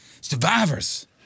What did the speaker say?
Survivors